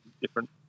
different